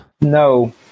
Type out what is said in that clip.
No